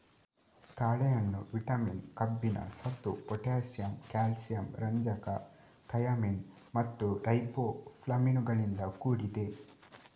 ತಾಳೆಹಣ್ಣು ವಿಟಮಿನ್, ಕಬ್ಬಿಣ, ಸತು, ಪೊಟ್ಯಾಸಿಯಮ್, ಕ್ಯಾಲ್ಸಿಯಂ, ರಂಜಕ, ಥಯಾಮಿನ್ ಮತ್ತು ರೈಬೋಫ್ಲಾವಿನುಗಳಿಂದ ಕೂಡಿದೆ